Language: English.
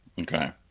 Okay